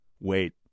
Wait